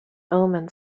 omen